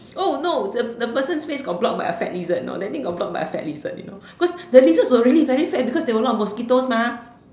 oh no the the person's face got blocked by the fat lizard you know that thing got blocked by the fat lizard you know cause the lizards were really very fat because there was a lot of mosquitos mah